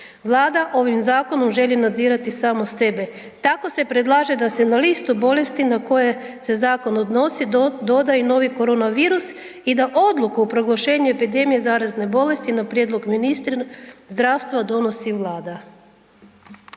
Vlada ovim zakonom želi nadzirati samo sebe. Tako se predlaže da se na listu bolesti na koje se zakon odnosi doda i novi koronavirus i da odluku o proglašenju epidemije zarazne bolesti na prijedlog ministra zdravstva donosi Vlada.